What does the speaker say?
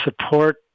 support